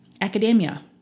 academia